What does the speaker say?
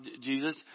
Jesus